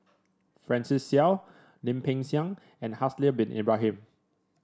Francis Seow Lim Peng Siang and Haslir Bin Ibrahim